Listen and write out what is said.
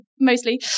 mostly